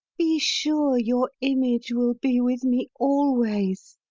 be sure your image will be with me always.